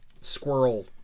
Squirrel